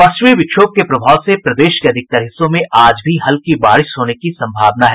पश्चिमी विक्षोभ के प्रभाव से प्रदेश के अधिकतर हिस्सों में आज भी हल्की बारिश होने की संभावना है